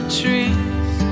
trees